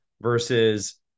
versus